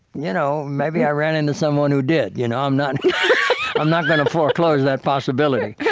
you know, maybe i ran into someone who did. you know i'm not i'm not going to foreclose that possibility.